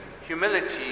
humility